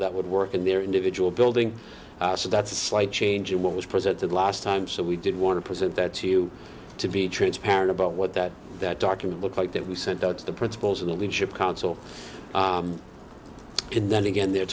that would work in their individual building so that's a slight change in what was presented last time so we did want to present that to you to be transparent about what that that document looks like that we sent out to the principals and the leadership council can then again the